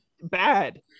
bad